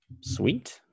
Sweet